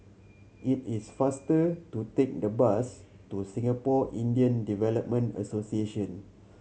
it is faster to take the bus to Singapore Indian Development Association